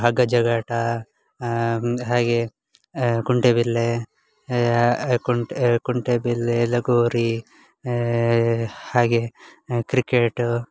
ಹಗ್ಗ ಜಗ್ಗಾಟ ಹಾಗೆ ಕುಂಟೆಬಿಲ್ಲೆ ಯಾ ಕುಂಟೆ ಕುಂಟೆಬಿಲ್ಲೆ ಲಗೋರಿ ಹಾಗೆ ಕ್ರಿಕೇಟು